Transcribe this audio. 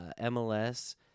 MLS